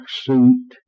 suit